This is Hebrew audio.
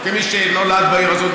כמי שנולד בעיר הזאת,